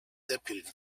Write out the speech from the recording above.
deputy